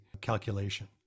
calculation